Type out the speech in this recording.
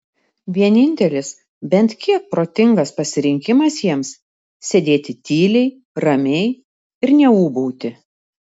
vienintelis bent kiek protingas pasirinkimas jiems sėdėti tyliai ramiai ir neūbauti